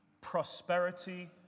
prosperity